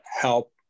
help